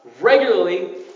regularly